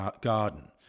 Garden